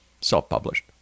self-published